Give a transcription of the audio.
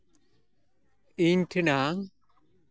ᱤᱧ ᱴᱷᱮᱱᱟᱜ